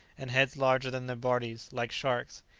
and heads larger than their bodies, like sharks.